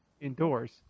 indoors